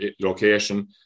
location